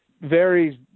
varies